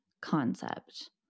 concept